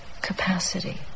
capacity